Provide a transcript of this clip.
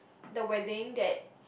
the wedding that